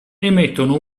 emettono